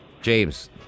James